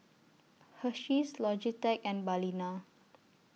Hersheys Logitech and Balina